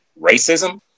racism